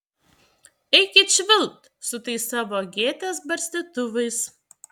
eikit švilpt su tais savo gėtės barstytuvais